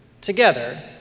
together